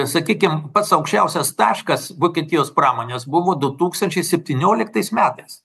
sakykim pats aukščiausias taškas vokietijos pramonės buvo du tūkstančiai septynioliktais metais